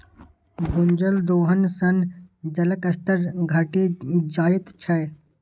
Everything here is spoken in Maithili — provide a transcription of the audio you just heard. भूजल दोहन सं जलक स्तर घटि जाइत छै